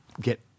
get